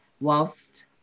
whilst